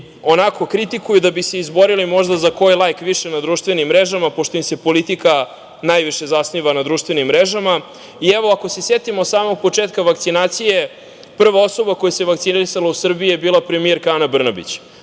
onako kritikuju da bi se izborili možda za koji lajk više na društvenim mrežama, pošto im se politika najviše zasniva na društvenim mrežama i evo, ako se setimo samog početka vakcinacije, prva osoba koja se vakcinisala u Srbiji je bila premijerka Ana Brnabić.